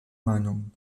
manon